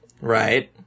Right